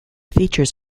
features